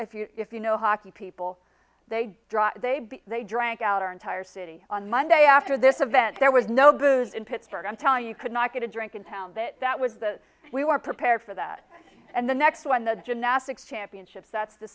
group if you know hockey people they draw they they drank out our entire city on monday after this event there was no good in pittsburgh i'm telling you could not get a drink in town that that was the we were prepared for that and the next one the gymnastics championships that's the